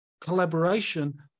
collaboration